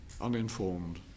uninformed